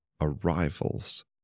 arrivals